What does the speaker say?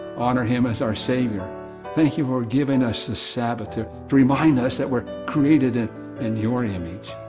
honor him as our savior thank you for giving us the sabbath, to to remind us that we're created in and your image.